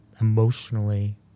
emotionally